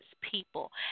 people